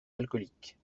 alcooliques